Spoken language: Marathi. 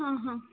हां हां